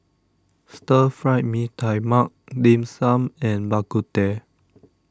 Stir Fry Mee Tai Mak Dim Sum and Bak Kut Teh